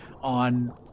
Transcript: on